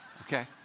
Okay